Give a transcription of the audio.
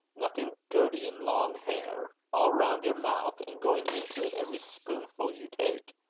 nothing dirty in long hair all round your mouth, and going into it every spoonful you take?